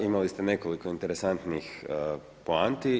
Imali ste nekoliko interesantnih poanti.